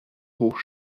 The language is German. hoch